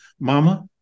Mama